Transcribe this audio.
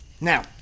Now